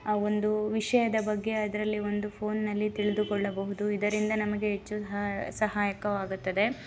ಆ ಒಂದು ವಿಷಯದ ಬಗ್ಗೆ ಅದರಲ್ಲಿ ಒಂದು ಫೋನ್ನಲ್ಲಿ ತಿಳಿದುಕೊಳ್ಳಬಹುದು ಇದರಿಂದ ನಮಗೆ ಹೆಚ್ಚು ಸಹಾಯ ಸಹಾಯಕವಾಗುತ್ತದೆ